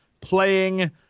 playing